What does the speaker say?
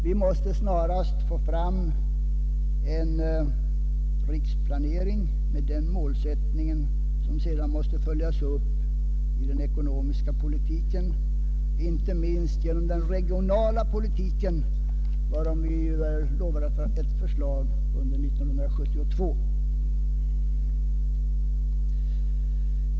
Vi måste snarast få fram en riksplanering med den målsättningen, som sedan skall följas upp i den ekonomiska och inte minst i den regionala politiken, varom vi blivit lovade ett förslag under 1972.